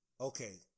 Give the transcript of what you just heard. Okay